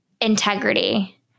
integrity